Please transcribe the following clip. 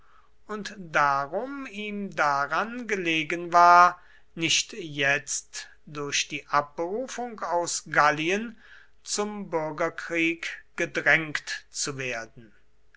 und darum ihm daran gelegen war nicht jetzt durch die abberufung aus gallien zum bürgerkrieg gedrängt zu werden